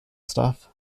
stuff